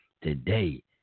today